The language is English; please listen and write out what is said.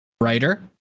writer